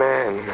Man